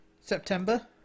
September